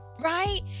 right